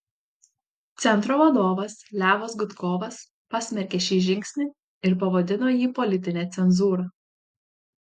centro vadovas levas gudkovas pasmerkė šį žingsnį ir pavadino jį politine cenzūra